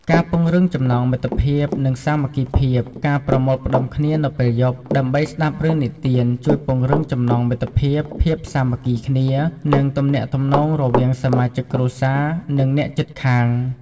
ការពង្រឹងចំណងមិត្តភាព និងសាមគ្គីភាព ការប្រមូលផ្ដុំគ្នានៅពេលយប់ ដើម្បីស្ដាប់រឿងនិទាន ជួយពង្រឹង ចំណងមិត្តភាព ភាពសាមគ្គីគ្នា និងទំនាក់ទំនងរវាងសមាជិកគ្រួសារ និងអ្នកជិតខាង ។